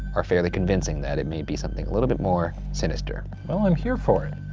are fairly convincing that it may be something a little bit more sinister. well, i'm here for it.